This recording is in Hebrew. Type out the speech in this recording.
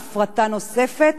הפרטה נוספת,